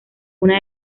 una